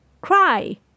Cry